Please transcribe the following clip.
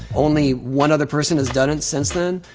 only one other person has done it since then.